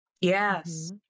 Yes